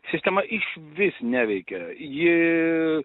sistema išvis neveikia ji